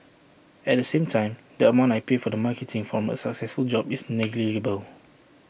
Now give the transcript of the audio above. at the same time the amount I pay for the marketing from A successful job is negligible